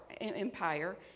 empire